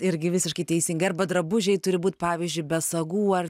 irgi visiškai teisingai arba drabužiai turi būt pavyzdžiui be sagų ar